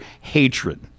hatred